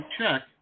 check